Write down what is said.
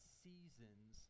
seasons